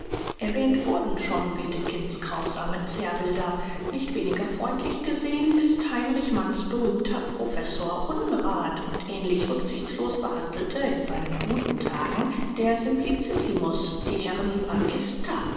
erwähnt wurden schon wedekinds grausame zerrbilder nicht weniger freundlich gesehen ist heinrich manns berühmter professor unrat und ähnlich rücksichtslos behandelte in seinen guten tagen der simplizissimus die herren magister